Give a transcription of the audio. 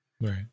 Right